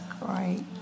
great